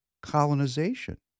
colonization